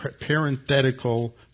parenthetical